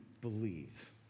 believe